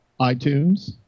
iTunes